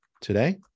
today